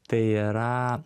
tai yra